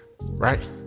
Right